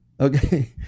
Okay